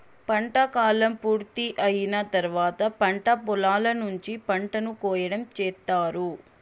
పంట కాలం పూర్తి అయిన తర్వాత పంట పొలాల నుంచి పంటను కోయటం చేత్తారు